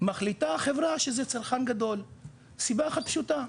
מחליטה החברה שזה צרכן גדול מסיבה אחת פשוטה,